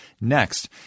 next